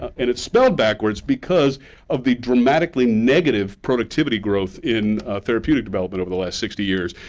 and it's spelled backwards because of the dramatically negative productivity growth in therapeutic development over the last sixty years,